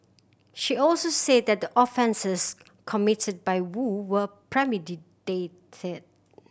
she also said that the offences committed by Woo were premeditated